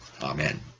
Amen